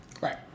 right